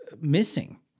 missing